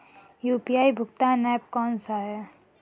UPI भुगतान app कौन सा है?